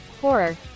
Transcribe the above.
horror